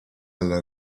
alla